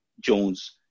Jones